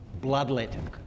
bloodletting